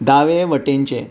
दावे वटेनचें